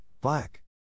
Black